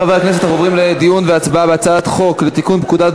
הממשלה נגד חרדים ונגד נשים מוכות?